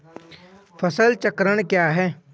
फसल चक्रण क्या है?